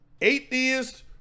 Atheist